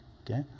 okay